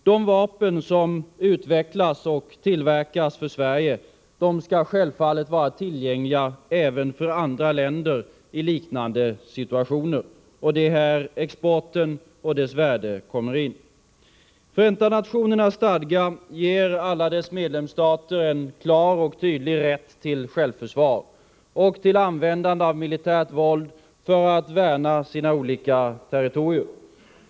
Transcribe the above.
De vapen som utvecklas och tillverkas för Sverige skall självfallet vara tillgängliga även för andra länder i liknande situationer, och det är här exporten och dess värde kommer in. Förenta nationernas stadga ger alla dess medlemsstater en klar och tydlig rätt till självförsvar och till användande av militärt våld för att värna sina olika 77 territorier.